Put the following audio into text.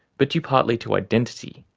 but due partly to identity.